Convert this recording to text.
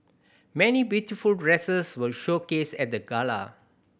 many beautiful dresses were showcased at the gala